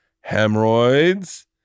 hemorrhoids